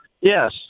Yes